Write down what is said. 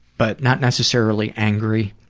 but not necessarily angry.